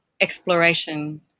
exploration